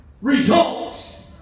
results